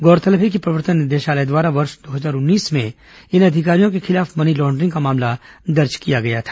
गौरतलब है कि प्रवर्तन निदेशालय द्वारा वर्ष दो हजार उन्नीस में इन अधिकारियों के खिलाफ मनी लॉन्ड्रिग का मामला दर्ज किया गया था